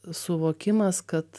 suvokimas kad